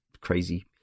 crazy